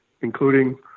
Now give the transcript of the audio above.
including